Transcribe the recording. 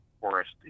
forest